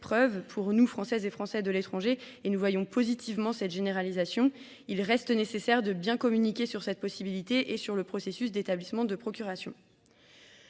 preuves pour nous, Françaises et Français de l'étranger, et nous voyons positivement cette généralisation. Il reste nécessaire de bien communiquer sur cette possibilité et sur le processus d'établissement de procuration.